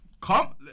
Come